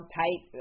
tight